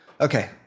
Okay